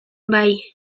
bai